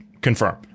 confirm